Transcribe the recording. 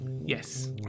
Yes